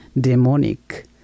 demonic